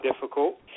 difficult